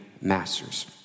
masters